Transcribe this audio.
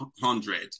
hundred